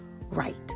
right